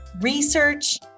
research